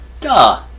duh